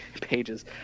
pages